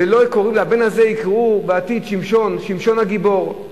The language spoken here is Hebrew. לבן הזה יקראו בעתיד שמשון, שמשון הגיבור.